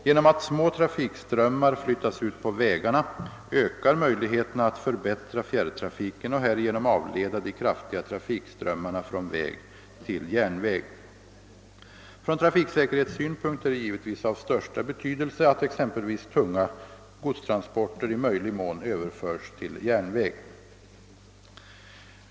Genom att små trafikströmmar flyttas ut på vägarna ökar möjligheterna att förbättra fjärrtrafiken och härigenom avleda de kraftiga trafikströmmarna från väg till järnväg. Från trafiksäkerhetssynpunkt är det givetvis av största betydelse att exempelvis tunga godstransporter i möjlig mån överförs till järnväg.